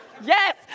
Yes